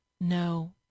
no